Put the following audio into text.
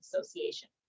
association